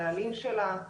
הנהלים שלה.